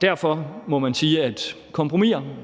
Derfor må man sige, at kompromiser